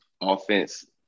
offense